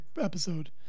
episode